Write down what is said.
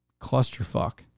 clusterfuck